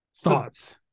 Thoughts